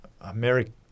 American